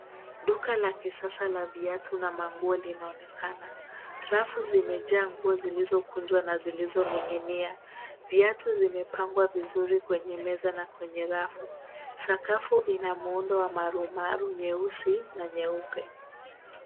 Duka la kisasa la viatu na manguo linaonekana. Rafu zimejaa nguo zilizokunjwa na zilizoning'inia. Viatu zimepangwa vizuri kwenye meza na kwenye rafu. Sakafu ina muundo wa marumaru nyeusi na nyeupe.